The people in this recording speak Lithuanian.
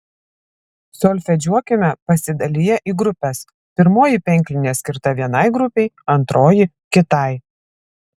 solfedžiuokime pasidaliję į grupes pirmoji penklinė skirta vienai grupei antroji kitai